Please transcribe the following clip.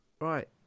Right